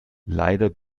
leider